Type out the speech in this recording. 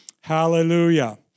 Hallelujah